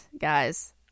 guys